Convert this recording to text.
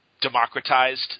democratized